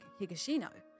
Higashino